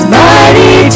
mighty